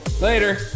later